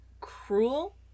cruel